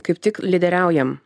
kaip tik lyderiaujam